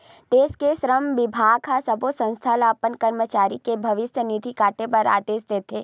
देस के श्रम बिभाग ह सब्बो संस्था ल अपन करमचारी के भविस्य निधि काटे बर आदेस देथे